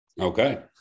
okay